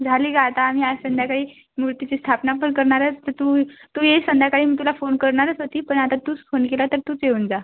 झाली गं आता आणि आज संध्याकाळी मूर्तीची स्थापना पण करणार आहे तर तू तू ये संध्याकाळी मी तुला फोन करणारच होती पण आता तूच फोन केला तर तूच येऊन जा